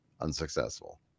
unsuccessful